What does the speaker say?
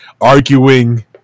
arguing